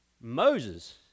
Moses